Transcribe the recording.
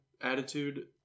attitude